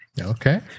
Okay